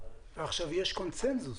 עכשיו יש קונצנזוס